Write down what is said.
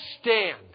stand